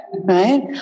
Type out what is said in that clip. Right